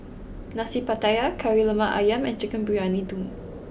Nasi Pattaya Kari Lemak Ayam and Chicken Briyani Dum